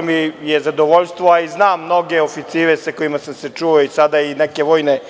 Zadovoljstvo mi je, a i znam mnoge oficire sa kojima sam se čuo i video neke vojne